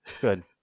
Good